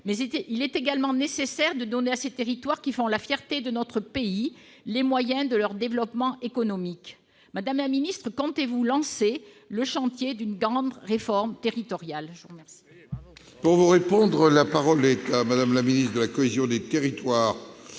Il est également nécessaire de donner à ces territoires, qui font la fierté de notre pays, les moyens de leur développement économique. Madame la ministre de la cohésion des territoires, comptez-vous lancer le chantier d'une grande réforme territoriale ?